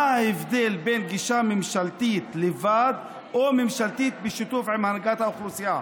מה ההבדל בין גישה ממשלתית לבד או ממשלתית בשיתוף עם הנהגת האוכלוסייה?